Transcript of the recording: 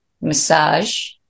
massage